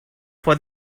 for